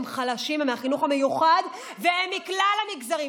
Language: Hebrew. הם חלשים, הם מהחינוך המיוחד, והם מכלל המגזרים.